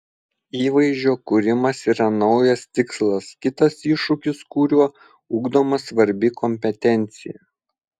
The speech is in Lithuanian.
įvaizdžio kūrimas yra naujas tikslas kitas iššūkis kuriuo ugdoma svarbi kompetencija